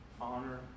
Honor